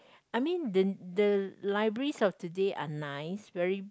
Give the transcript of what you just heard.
I mean the the libraries of today are nice very